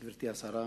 גברתי השרה,